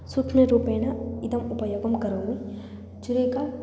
सूक्ष्मरूपेण इमाम् उपयोगं करोमि छुरिका